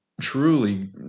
truly